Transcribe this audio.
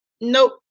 Nope